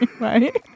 Right